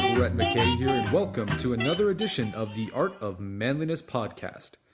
brett mckay here and welcome to another edition of the art of manliness podcast.